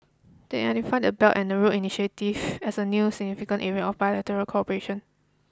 they identified the Belt and Road initiative as a new significant area of bilateral cooperation